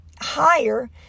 higher